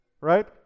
right